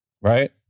Right